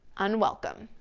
unwelcome,